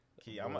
Key